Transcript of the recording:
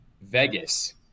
Vegas